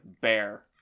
bear